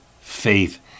faith